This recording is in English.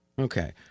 Okay